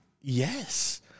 Yes